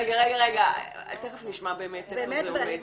רגע, תיכף נשמע איפה זה עומד.